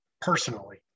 personally